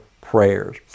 prayers